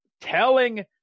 telling